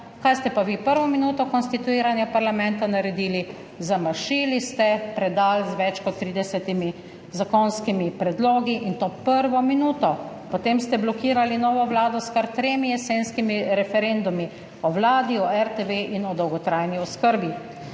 kaj ste pa vi prvo minuto konstituiranja parlamenta naredili? Zamašili ste predal z več kot 30 zakonskimi predlogi, in to prvo minuto. Potem ste blokirali novo vlado s kar tremi jesenskimi referendumi, o vladi, o RTV in o dolgotrajni oskrbi.